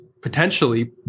potentially